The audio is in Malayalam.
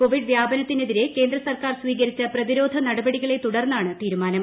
കോവിഡ് വ്യാപനത്തിനെതിരെ കേന്ദ്ര സർക്കാർ സ്വീകരിച്ച പ്രതിരോധ നടപടികളെ തുടർന്നാണ് തീരുമാനം